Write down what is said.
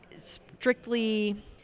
strictly